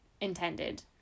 intended